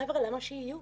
חבר'ה, למה שיהיו?